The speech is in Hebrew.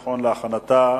שתקבע ועדת הכנסת נתקבלה.